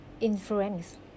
influence